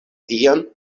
tiam